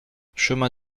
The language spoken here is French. chemin